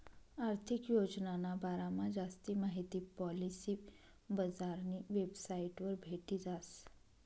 आर्थिक योजनाना बारामा जास्ती माहिती पॉलिसी बजारनी वेबसाइटवर भेटी जास